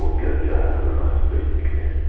or can go to jail for crimes that they didn't commit.